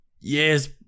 Yes